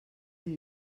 del